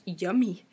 yummy